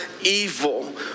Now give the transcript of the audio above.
evil